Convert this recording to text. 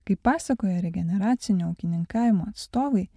kaip pasakoja regeneracinių ūkininkavimo atstovai